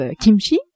kimchi